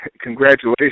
congratulations